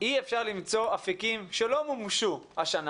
אי אפשר למצוא אפיקים שלא מומשו השנה?